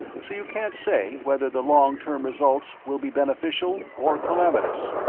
so you can't say whether the long-term results will be beneficial or calamitous.